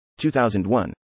2001